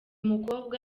mukobwa